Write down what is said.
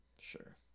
sure